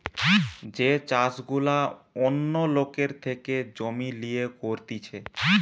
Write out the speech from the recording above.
যে চাষ গুলা অন্য লোকের থেকে জমি লিয়ে করতিছে